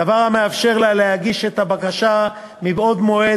דבר המאפשר לה להגיש את הבקשה מבעוד מועד